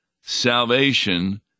salvation